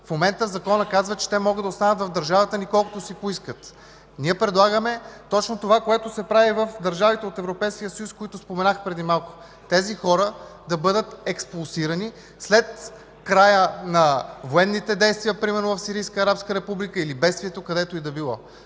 В момента Законът казва, че те могат да останат в държавата ни колкото си поискат. Ние предлагаме точно това, което се прави в държавите от Европейския съюз, които споменах преди малко – тези хора да бъдат експулсирани след края на военните действия примерно в Сирийска арабска република или след бедствието, където и да било.